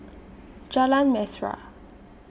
Jalan Mesra